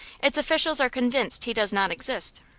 its officials are convinced he does not exist.